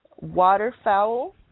waterfowl